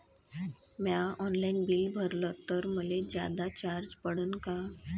म्या online bill भरलं तर मले जादा चार्ज पडन का?